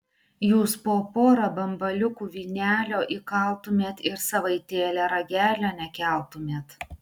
jūs po porą bambaliukų vynelio įkaltumėt ir savaitėlę ragelio nekeltumėt